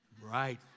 Right